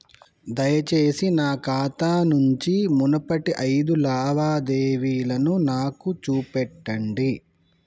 దయచేసి నా ఖాతా నుంచి మునుపటి ఐదు లావాదేవీలను నాకు చూపెట్టండి